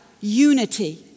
unity